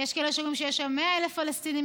יש כאלה שאומרים שיש שם 100,000 פלסטינים,